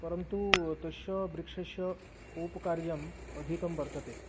परन्तु तस्य वृक्षस्य औपकार्यम् अधिकं वर्तते